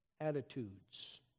attitudes